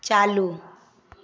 चालू